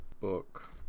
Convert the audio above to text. book